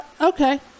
Okay